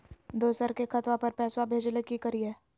दोसर के खतवा पर पैसवा भेजे ले कि करिए?